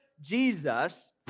Jesus